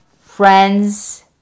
friends